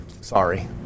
Sorry